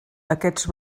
aquests